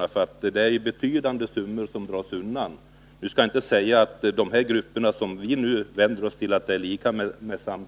snabbt. Det är ju betydande summor som dras undan. Man skall inte säga att detta undandragande av skatt förekommer hos alla dem som tillhör de grupper vi nu talar om.